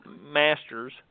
masters